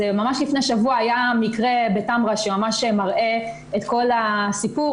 ממש לפני שבוע היה מקרה בטמרה שמראה את כל הסיפור